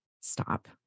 stop